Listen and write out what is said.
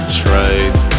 truth